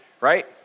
Right